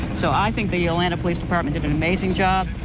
so i think the atlanta police department did an amazing job.